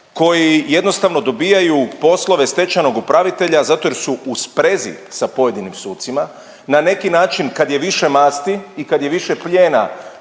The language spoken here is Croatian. koji jednostavno dobijaju poslove stečajnog upravitelja zato jer su u sprezi sa pojedinim sucima na neki način kad je više mast i kad je više plijena